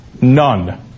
none